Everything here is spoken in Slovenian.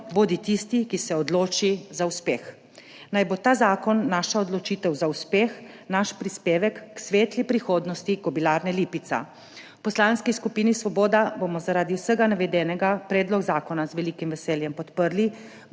bodi tisti, ki se odloči za uspeh. Naj bo ta zakon naša odločitev za uspeh, naš prispevek k svetli prihodnosti Kobilarne Lipica. V Poslanski skupini Svoboda bomo zaradi vsega navedenega predlog zakona z velikim veseljem podprli,